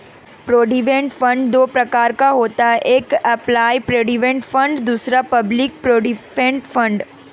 provident fund दो प्रकार का होता है एक एंप्लॉय प्रोविडेंट फंड दूसरा पब्लिक प्रोविडेंट फंड